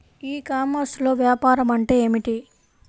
ఈ కామర్స్లో వ్యాపారం అంటే ఏమిటి?